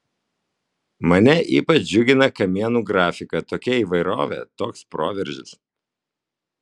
mane ypač džiugina kamienų grafika tokia įvairovė toks proveržis